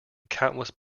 countless